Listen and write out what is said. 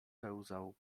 pełzał